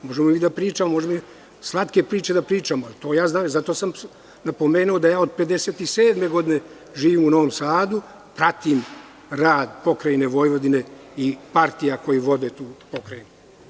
Možemo mi da slatke priče da pričamo, ali to ja znam i zato sam napomenuo da ja od 1957. godine živim u Novom Sadu, pratim rad pokrajine Vojvodine i partija koje vode tu pokrajinu.